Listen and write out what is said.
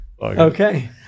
Okay